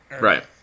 right